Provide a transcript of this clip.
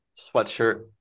sweatshirt